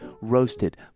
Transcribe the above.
Roasted